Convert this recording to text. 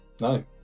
No